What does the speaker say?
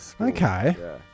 Okay